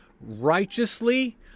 righteously